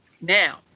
now